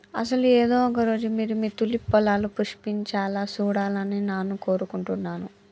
అసలు ఏదో ఒక రోజు మీరు మీ తూలిప్ పొలాలు పుష్పించాలా సూడాలని నాను కోరుకుంటున్నాను